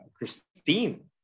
Christine